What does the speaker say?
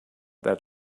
that